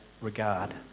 regard